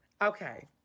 Okay